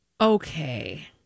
okay